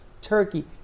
turkey